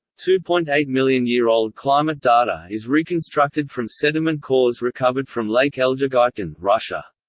two point eight million year old climate data is reconstructed from sediment cores recovered from lake el'gygytgyn, russia.